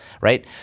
right